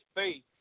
faith